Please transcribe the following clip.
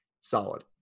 solid